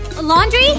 Laundry